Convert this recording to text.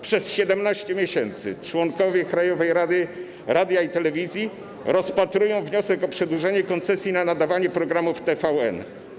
Przez 17 miesięcy członkowie Krajowej Rady Radiofonii i Telewizji rozpatrują wniosek o przedłużenie koncesji na nadawanie programów TVN.